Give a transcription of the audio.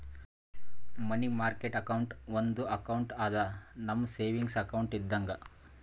ಮನಿ market account ಒಂದು account ಅದಾ, ನಮ್ ಸೇವಿಂಗ್ಸ್ ಅಕೌಂಟ್ ಇದ್ದಂಗ